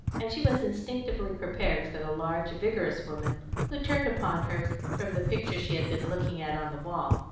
and she was instinctively prepared for the large, vigorous woman who turned upon her from the picture she had been looking at on the wall,